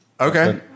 Okay